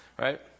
right